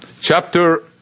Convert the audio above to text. chapter